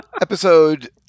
episode